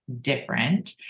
different